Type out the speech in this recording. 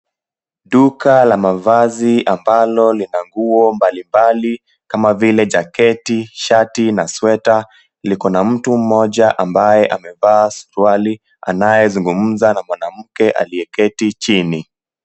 Duka la mavazi ambalo lina nguo mbalimbali kama vile jaketi, shati na sweater liko na mtu mmoja ambaye amevaa suruali anayezungumza na mwanamke aliyeketi chini.